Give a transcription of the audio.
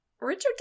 Richard